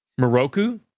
Moroku